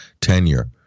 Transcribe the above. tenure